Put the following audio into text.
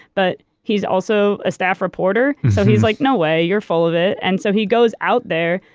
but he's also a staff reporter. so he's like, no way. you're full of it. and so he goes out there.